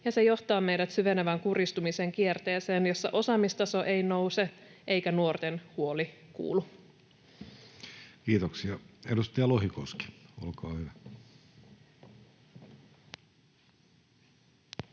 se johtaa meidät syvenevän kurjistumisen kierteeseen, jossa osaamistaso ei nouse eikä nuorten huoli kuulu. [Speech 127] Speaker: Jussi Halla-aho